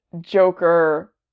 Joker